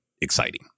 exciting